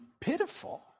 pitiful